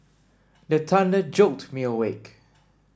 the thunder jolt me awake